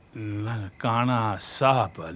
nankana sahib but